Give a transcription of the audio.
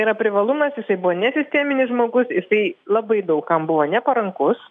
yra privalumas jisai buvo nesisteminis žmogus jisai labai daug kam buvo neparankus